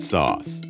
Sauce